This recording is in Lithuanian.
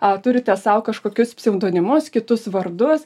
ar turite sau kažkokius pseudonimus kitus vardus